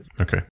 Okay